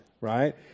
right